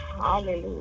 Hallelujah